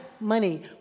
money